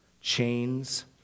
chains